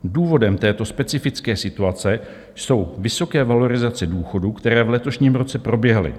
Důvodem této specifické situace jsou vysoké valorizace důchodů, které v letošním roce proběhly.